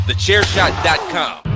Thechairshot.com